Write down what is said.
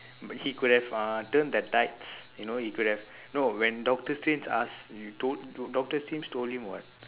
but he could have uh turn the tides you know he could have no when doctor strange ask you told doctor strange told him what